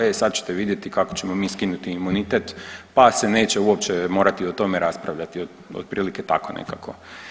E sad ćete vidjeti kako ćemo mi skinuti imunitet pa se neće uopće morati o tome raspravljati, otprilike tako nekako.